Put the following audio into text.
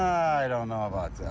i don't know about that.